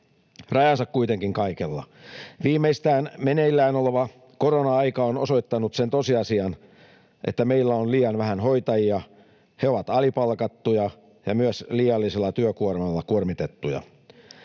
Rajansa kuitenkin kaikella. Viimeistään meneillään oleva korona-aika on osoittanut sen tosiasian, että meillä on liian vähän hoitajia, he ovat alipalkattuja ja myös liiallisella työkuormalla kuormitettuja.